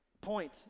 Point